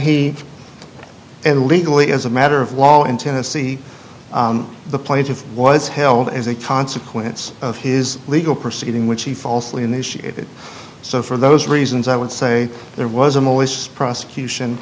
he and legally as a matter of wall in tennessee the plaintiff was held as a consequence of his legal proceeding which he falsely initiated so for those reasons i would say there was a malicious prosecution